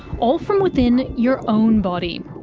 all from within your own body.